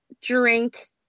drink